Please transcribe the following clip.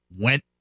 went